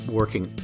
working